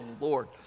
Lord